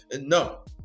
no